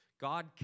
God